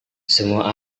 semua